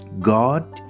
God